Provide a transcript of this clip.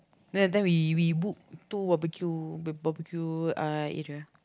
then then we we book two barbecue barbecue uh area